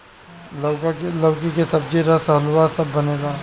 लउका के सब्जी, रस, हलुआ सब बनेला